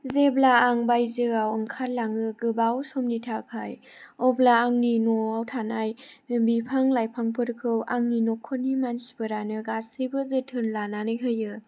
जेब्ला आं बायजोआव ओंखारलाङो गोबाव समनि थाखाय अब्ला आंनि न'आव थानाय बिफां लाइफांफोरखौ आंनि न'खरनि मानसिफोरानो गासैबो जोथोन लानानै होयो